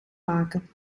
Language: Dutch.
maken